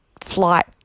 flight